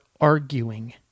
arguing